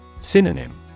Synonym